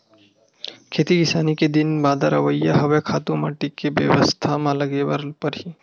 खेती किसानी के दिन बादर अवइया हवय, खातू माटी के बेवस्था म लगे बर परही